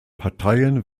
parteien